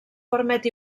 permet